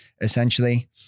essentially